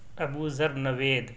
Abuzar Naveed